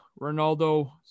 Ronaldo